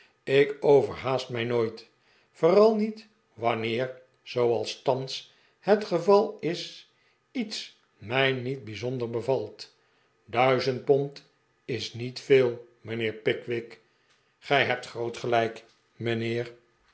ik overhaast mij nooit vooral niet wanneer zooals thans het geval is iets mij niet bijzonder bevalt din zend pond is niet veel mijnheer pickwick gij hebt groot gelijk mijnheer